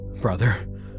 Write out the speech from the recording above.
brother